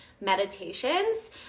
meditations